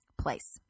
place